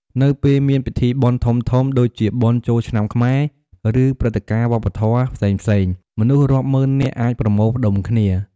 នៅពេលមានពិធីបុណ្យធំៗ ដូចជាបុណ្យចូលឆ្នាំខ្មែរ ឬព្រឹត្តិការណ៍វប្បធម៌ផ្សេងៗ មនុស្សរាប់ម៉ឺននាក់អាចប្រមូលផ្តុំគ្នា។